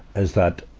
is that,